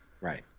Right